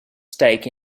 stake